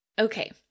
Okay